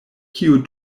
kiu